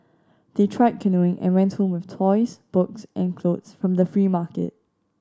they tried canoeing and went with toys books and clothes from the free market